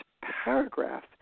paragraph